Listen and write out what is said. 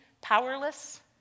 powerless